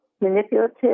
manipulative